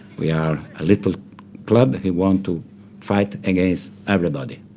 we are a little club who want to fight against everybody.